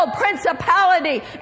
principality